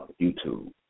YouTube